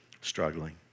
struggling